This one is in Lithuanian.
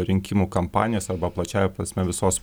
rinkimų kampanijos arba plačiąja prasme visos